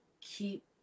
keep